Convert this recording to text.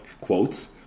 quotes